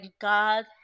God